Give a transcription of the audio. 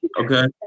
Okay